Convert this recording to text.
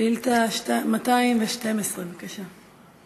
שאילתה 212. בבקשה.